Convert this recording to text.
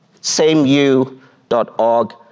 Sameu.org